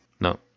No